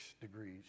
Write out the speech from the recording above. degrees